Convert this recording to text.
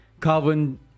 calvin